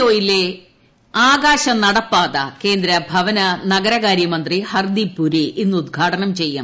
O യിലെ ആകാശ നടപ്പാത കേന്ദ്ര ഭവന നഗരകാര്യമന്ത്രി ഹർദിപ് പുരി ഇന്ന് ഉദ്ഘാടനം ചെയ്യും